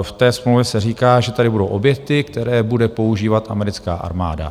V té smlouvě se říká, že tady budou objekty, které bude používat americká armáda.